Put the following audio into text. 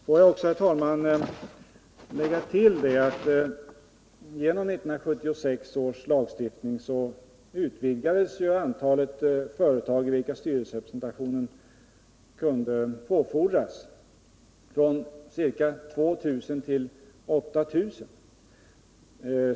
Får jag också, herr talman, tillägga att genom 1976 års lagstiftning utvidgades antalet företag i vilka styrelserepresentation kunde påfordras från ca 2000 till 8000.